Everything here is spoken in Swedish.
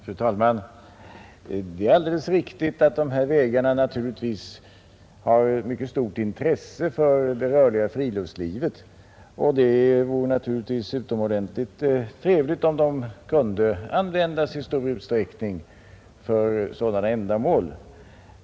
Fru talman! Det är alldeles riktigt att dessa skogsbilvägar har mycket stort intresse för det rörliga friluftslivet, och det vore naturligtvis utomordentligt trevligt om de kunde användas i största utsträckning för sådana ändamål.